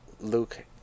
Luke